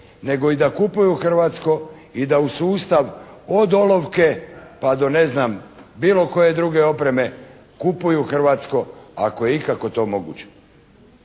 nego i da kupuju hrvatsko i da sustav od olovke pa do ne znam bilo koje druge opreme kupuju hrvatsko ako je ikako to moguće.